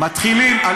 מתחילים,